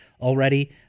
already